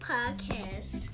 Podcast